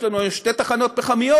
יש לנו היום שתי תחנות פחמיות,